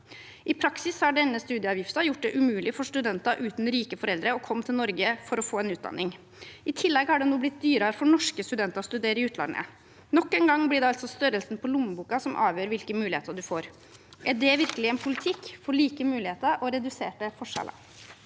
I praksis har denne studieavgiften gjort det umulig for studenter uten rike foreldre å komme til Norge for å få en utdanning. I tillegg er det nå blitt dyrere for norske studenter å studere i utlandet. Nok en gang blir det altså størrelsen på lommeboken som avgjør hvilke muligheter man får. Er det virkelig en politikk for like muligheter og reduserte forskjeller?